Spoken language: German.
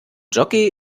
jockey